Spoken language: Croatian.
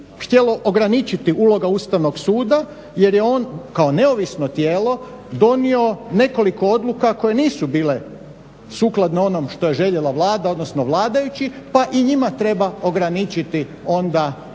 htjelo ograničiti uloga Ustavnog suda jer je on kao neovisno tijelo donio nekoliko odluka koje nisu bile sukladne onom što je željela Vlada, odnosno vladajući, pa i njima treba ograničiti onda